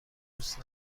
دوست